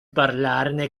parlarne